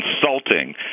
Consulting